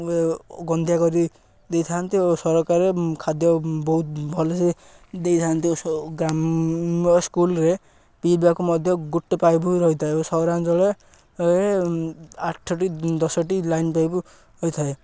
ଗନ୍ଧିଆ କରି ଦେଇଥାନ୍ତି ଓ ସରକାର ଖାଦ୍ୟ ବହୁତ ଭଲସେ ଦେଇଥାନ୍ତି ଓ ଗ୍ରାମ୍ୟ ସ୍କୁଲରେ ପିଇବାକୁ ମଧ୍ୟ ଗୋଟେ ପାଇପ୍ ରହିଥାଏ ଓ ସହରାଞ୍ଚଳରେ ଆଠଟି ଦଶଟି ଲାଇନ ପାଇପ୍ ରହିଥାଏ